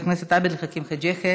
חבר הכנסת עבד אל חכים חאג' יחיא,